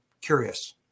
curious